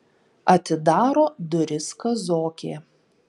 atidaro duris kazokė